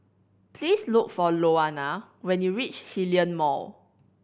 please look for Louanna when you reach Hillion Mall